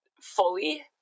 fully